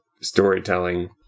storytelling